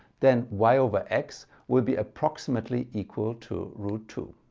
then y over x will be approximately equal to root two.